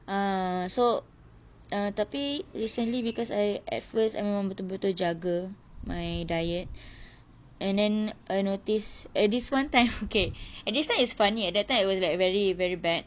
err so err tapi recently because I at first I memang betul betul jaga my diet and then I notice at this one time okay at this time is funny at that time it was like very very bad